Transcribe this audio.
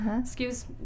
Excuse